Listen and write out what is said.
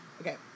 Okay